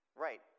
Right